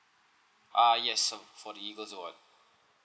ah yes uh for the eagles award